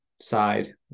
side